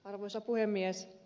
arvoisa puhemies